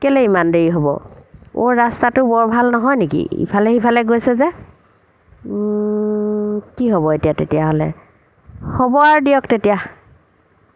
কেলৈ ইমান দেৰি হ'ব অ' ৰাস্তাটো বৰ ভাল নহয় নেকি ইফালে সিফালে গৈছে যে কি হ'ব এতিয়া তেতিয়াহ'লে হ'ব আৰু দিয়ক তেতিয়া